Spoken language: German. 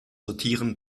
sortieren